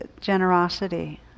generosity